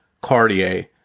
Cartier